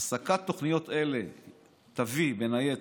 הפסקת תוכניות אלה תביא, בין היתר,